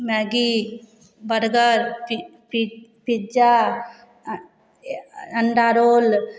Maggi burger पि पि pizza आओर ए अण्डा रोल